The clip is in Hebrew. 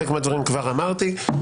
חלק מהדברים כבר אמרתי,